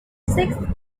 sixth